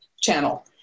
channel